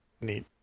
neat